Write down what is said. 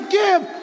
give